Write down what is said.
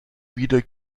wieder